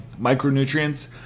micronutrients